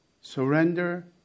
surrender